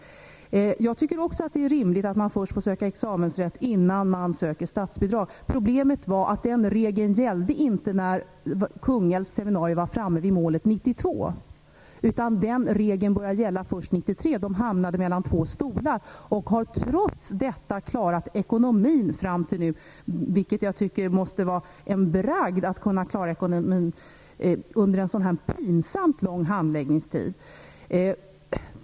Jag tycker också att det är rimligt att söka examensrätt innan man söker statsbidrag. Problemet är att den regeln inte gällde när Kungälvsseminariet var framme vid målet 1992, utan den regeln började gälla först 1993. Man hamnade mellan två stolar, men har trots detta klarat ekonomin fram till nu. Jag tycker att det måste anses vara en bragd att klara ekonomin under en så här pinsamt lång handläggningstid.